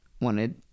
wanted